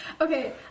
okay